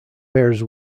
bears